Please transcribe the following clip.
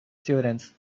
students